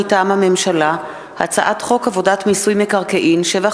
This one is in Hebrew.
מטעם הממשלה: הצעת חוק מיסוי מקרקעין (שבח